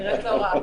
נראית לא רע.